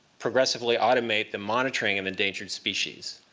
progressively automate the monitoring of endangered species.